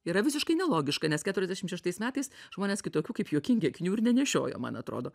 yra visiškai nelogiška nes keturiasdešim šeštais metais žmonės kitokių kaip juokingi akinių ir nenešiojo man atrodo